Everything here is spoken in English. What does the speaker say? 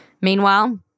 Meanwhile